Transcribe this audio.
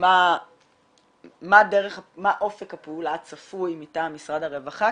מה אופק הפעולה הצפוי מטעם משרד הרווחה.